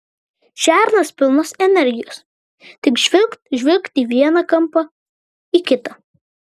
šernas pilnas energijos tik žvilgt žvilgt į vieną kampą į kitą